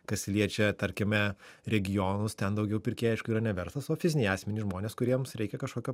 kas liečia tarkime regionus ten daugiau pirkėjai aišku yra nevertas o fiziniai asmenys žmonės kuriems reikia kažkokio